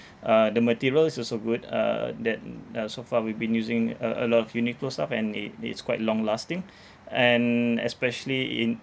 uh the material is also good uh that uh so far we've been using a a lot of Uniqlo stuff and it it is quite long lasting and especially in